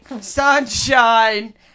sunshine